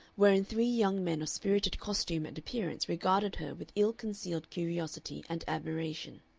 wherein three young men of spirited costume and appearance regarded her with ill-concealed curiosity and admiration.